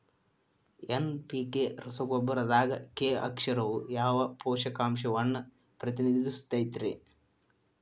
NPK ರಸಗೊಬ್ಬರದಾಗ K ಅಕ್ಷರವು ಯಾವ ಪೋಷಕಾಂಶವನ್ನ ಪ್ರತಿನಿಧಿಸುತೈತ್ರಿ?